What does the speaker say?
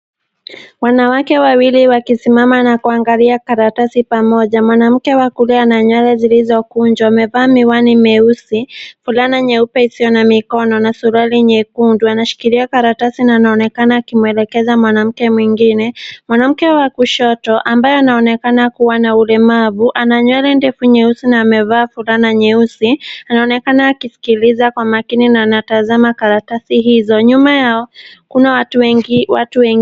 Wanawake wawili wakisimama na kuangalia karatasi pamoja, mwanamke wa kulia ana nywele zilizokunjwa, amevaa miwani mieusi, fulana nyeupe isiyo na mikono na suruali nyekundu. Anashikilia karatasi na anaonekana akimwelekeza mwanamke mwingine. Mwanamke wa kushoto ambaye anaonekana kuwa na ulemavu, ana nywele ndefu nyeusi na amevaa fulana nyeusi. Anaonekana akisikiliza kwa makini na anatazama karatasi hizo. Nyuma yao kuna watu wengi, watu wengi.